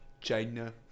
China